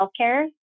healthcare